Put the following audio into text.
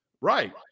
Right